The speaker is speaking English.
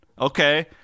Okay